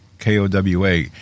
KOWA